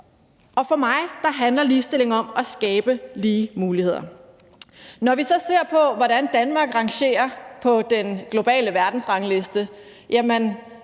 For mig handler ligestilling om at skabe lige muligheder. Når vi så ser på, hvor Danmark rangerer på den globale verdensrangliste,